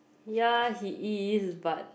ya he is but